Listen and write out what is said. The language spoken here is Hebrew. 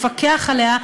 לפקח עליה,